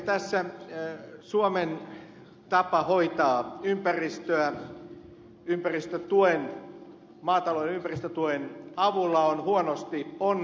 tässä suomen tapa hoitaa ympäristöä maatalouden ympäristötuen avulla on huonosti onnistunut